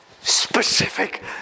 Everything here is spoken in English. specific